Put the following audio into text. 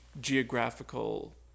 geographical